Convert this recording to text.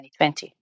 2020